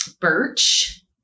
birch